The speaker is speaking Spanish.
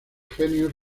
genios